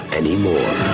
anymore